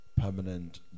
permanent